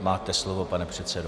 Máte slovo, pane předsedo.